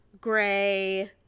gray